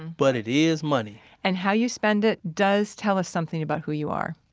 but it is money and how you spend it does tell us something about who you are.